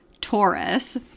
Taurus